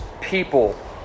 people